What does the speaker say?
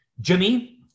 Jimmy